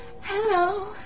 Hello